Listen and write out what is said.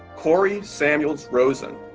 corey samuels rosen.